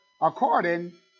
According